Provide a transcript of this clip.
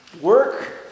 work